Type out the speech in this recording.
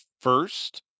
first